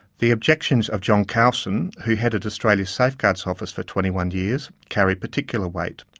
the objections of john carlson who headed australia's safeguards office for twenty one years carry particular weight.